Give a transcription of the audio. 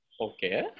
okay